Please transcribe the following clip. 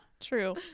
True